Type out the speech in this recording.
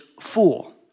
fool